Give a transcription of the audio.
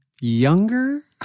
Younger